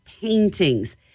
paintings